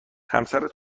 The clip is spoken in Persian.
همسرت